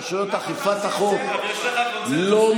שרשויות אכיפת החוק לא,